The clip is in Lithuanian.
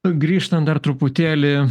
grįžtant dar truputėlį